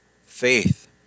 faith